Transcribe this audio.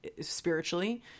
spiritually